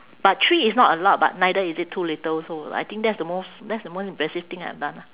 but three is not a lot but neither is it too little so I think that's the most that's the most impressive thing I've done ah